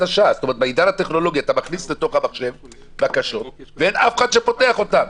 בעידן הטכנולוגי אתה מכניס לתוך המחשב בקשה ואין אף אחד שפותח אותה,